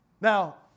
Now